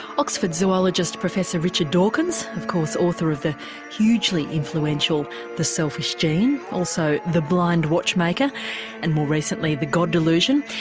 oxford zoologist professor richard dawkins, of course author of the hugely influential the selfish gene also the blind watchmaker and more recently the god delusion.